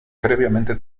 previamente